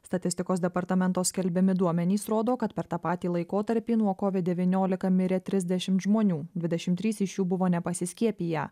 statistikos departamento skelbiami duomenys rodo kad per tą patį laikotarpį nuo covid devyniolika mirė trisdešim žmonių dvidešim trys iš jų buvo nepasiskiepiję